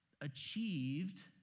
achieved